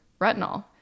retinol